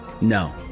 No